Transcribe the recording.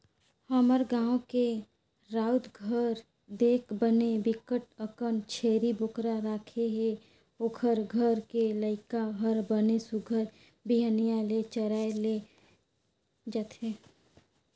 हमर गाँव के राउत घर देख बने बिकट अकन छेरी बोकरा राखे हे, ओखर घर के लइका हर बने सुग्घर बिहनिया ले चराए बर ले जथे